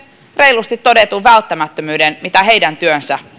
reilusti todetun välttämättömyyden mitä heidän työnsä